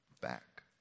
back